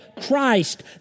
Christ